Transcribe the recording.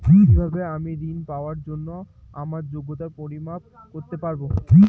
কিভাবে আমি ঋন পাওয়ার জন্য আমার যোগ্যতার পরিমাপ করতে পারব?